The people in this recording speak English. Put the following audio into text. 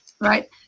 right